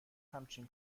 همچین